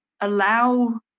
allow